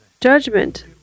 Judgment